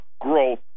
growth